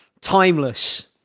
timeless